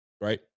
Right